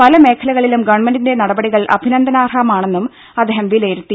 പല മേഖലകളിലും ഗവൺമെന്റിന്റെ നടപടികൾ അഭിനന്ദനാർഹമാണെന്നും അദ്ദേഹം വിലയിരുത്തി